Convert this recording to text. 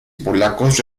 polacos